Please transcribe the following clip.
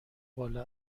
بالا